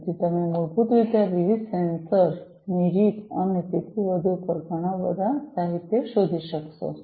તેથી તમે મૂળભૂત રીતે આ વિવિધ સેન્સર સેન્સર ની રીત અને તેથી વધુ પર ઘણાં બધાં સાહિત્ય શોધી શકશો